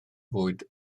fwyd